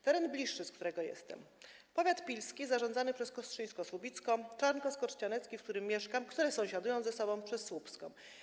Teren bliższy, z którego jestem, powiat pilski, jest zarządzany przez kostrzyńsko-słubicką, czarnkowsko-trzcianecką, gdzie mieszkam, które sąsiadują ze sobą przez słupską.